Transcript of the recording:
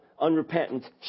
unrepentant